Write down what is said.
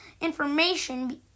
information